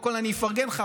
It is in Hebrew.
קודם כול אני אפרגן לך,